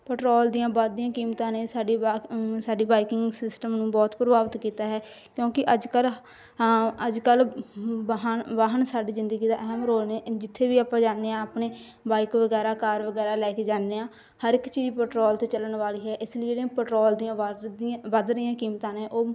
petrol ਦੀਆਂ ਵੱਧਦੀਆਂ ਕੀਮਤਾਂ ਨੇ ਸਾਡੀ ਬਾ ਸਾਡੀ ਬਾਈਕਿੰਗ ਸਿਸਟਮ ਨੂੰ ਬਹੁਤ ਪ੍ਰਭਾਵਿਤ ਕੀਤਾ ਹੈ ਕਿਉਂਕਿ ਅੱਜ ਕੱਲ ਹਾਂ ਅੱਜ ਕੱਲ ਵਾਹਨ ਵਾਹਨ ਸਾਡੀ ਜ਼ਿੰਦਗੀ ਦਾ ਅਹਿਮ ਰੋਲ ਨੇ ਜਿੱਥੇ ਵੀ ਆਪਾਂ ਜਾਂਦੇ ਹਾਂ ਆਪਣੇ ਬਾਈਕ ਵਗੈਰਾ ਕਾਰ ਵਗੈਰਾ ਲੈ ਕੇ ਜਾਂਦੇ ਹਾਂ ਹਰ ਇੱਕ ਚੀਜ਼ ਪਟਰੋਲ 'ਤੇ ਚੱਲਣ ਵਾਲੀ ਹੈ ਇਸ ਲਈ ਜਿਹੜੀਆਂ ਪਟਰੋਲ ਦੀਆਂ ਵੱਧਦੀਆਂ ਵੱਧ ਰਹੀਆਂ ਕੀਮਤਾਂ ਨੇ ਉਹ